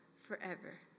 forever